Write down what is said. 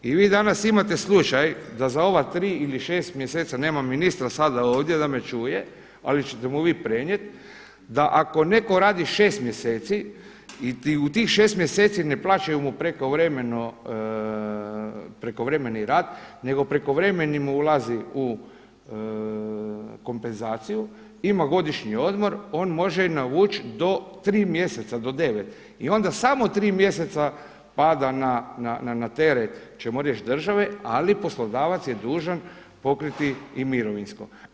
I vi danas imate slučaj da za ova tri ili šest mjeseci, nema ministra sada ovdje da me čuje, ali ćete mu vi prenijeti, da ako netko radi 6 mjeseci i u tih 6 mjeseci ne plaćaju mu prekovremeni rad nego prekovremeni mu ulazi u kompenzaciju, ima godišnji odmor, on može navući do 3 mjeseca do 9. I onda samo 3 mjeseca pada na teret ćemo reći države, ali poslodavac je dužan pokriti i mirovinsko.